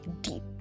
deep